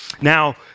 now